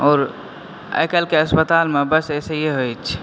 आओर आइ काल्हिके अस्पतालमे बस ऐसे ही होइ छै